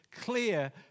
clear